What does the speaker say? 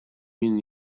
mean